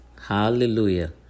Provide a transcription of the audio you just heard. hallelujah